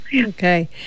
Okay